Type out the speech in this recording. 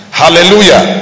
hallelujah